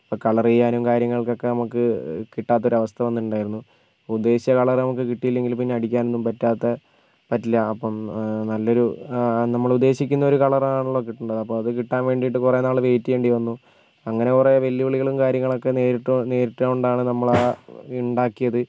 ഇപ്പോൾ കളർ ചെയ്യാനും കാര്യങ്ങൾക്കെക്കെ നമുക്ക് കിട്ടാത്തൊരവസ്ഥ വന്നിട്ടുണ്ടായിരുന്നു ഉദ്ദേശിച്ച കളറ് നമുക്ക് കിട്ടീലെങ്കിൽ പിന്നെ അടിക്കാനൊന്നും പറ്റാത്ത പറ്റില്ല അപ്പം നല്ലൊരു നമ്മളുദ്ദേശിക്കുന്നൊരു കളറാണല്ലോ കിട്ടേണ്ടത് അപ്പോൾ അത് കിട്ടാൻ വേണ്ടീട്ട് കുറെ നാൾ വെയിറ്റ് ചെയ്യേണ്ടി വന്നു അങ്ങനെ കുറെ വെല്ലുവിളികളും കാര്യങ്ങളൊക്കെ നേരിട്ട് കൊ നേരിട്ട് കൊണ്ടാണ് നമ്മളത് ഉണ്ടാക്കിയത്